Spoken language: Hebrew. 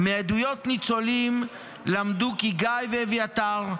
מעדויות ניצולים למדו כי גיא ואביתר,